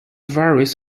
varies